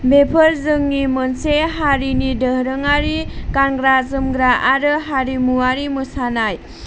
बेफोर जोंनि मोनसे हारिनि दोरोङारि गानग्रा जोमग्रा आरो हारिमुआरि मोसानाय